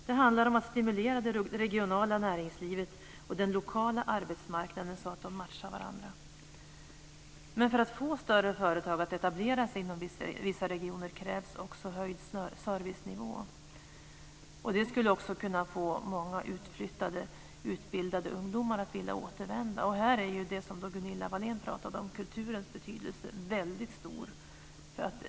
Det handlar om att stimulera det regionala näringslivet och den lokala arbetsmarknaden, så att de matchar varandra. Men för att få större företag att etablera sig inom vissa regioner krävs också en höjd servicenivå, och det skulle också kunna få många utflyttade utbildade ungdomar att vilja återvända. Vi kommer här till det som Gunilla Wahlén talade om, att kulturens betydelse är väldigt stor.